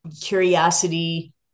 curiosity